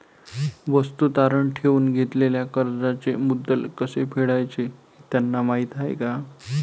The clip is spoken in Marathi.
वस्तू तारण ठेवून घेतलेल्या कर्जाचे मुद्दल कसे फेडायचे हे त्यांना माहीत आहे का?